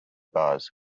bars